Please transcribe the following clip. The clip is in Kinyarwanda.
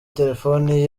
telefoni